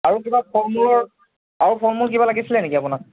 আৰু কিবা ফল মূলৰ আৰু ফল মূল কিবা লাগিছিলে নেকি আপোনাক